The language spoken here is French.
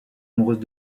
amoureuse